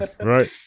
right